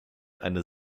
eine